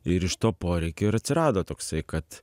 ir iš to poreikio ir atsirado toksai kad